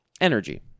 energy